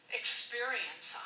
experience